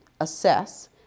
assess